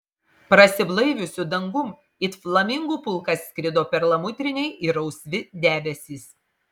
prasiblaiviusiu dangum it flamingų pulkas skrido perlamutriniai ir rausvi debesys